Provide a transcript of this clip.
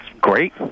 Great